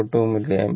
2 milli umpire